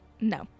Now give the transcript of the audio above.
No